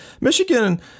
Michigan